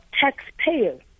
taxpayers